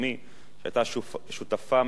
היתה שותפה מלאה,